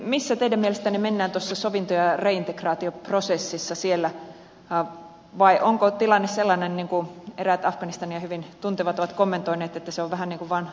missä teidän mielestänne mennään tuossa sovinto ja reintegraatioprosessissa siellä vai onko tilanne sellainen niin kuin eräät afganistania hyvin tuntevat ovat kommentoineet että se on vähän niin kuin vaan talks about talks